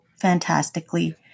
fantastically